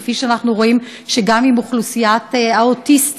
כפי שאנחנו רואים גם עם אוכלוסיית האוטיסטים,